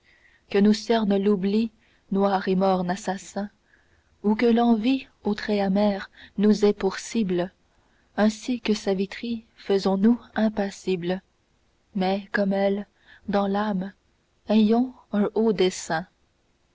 que nous cerne l'oubli noir et morne assassin ou que l'envie aux traits amers nous ait pour cibles ainsi que çavitri faisons-nous impassibles mais comme elle dans l'âme ayons un haut dessein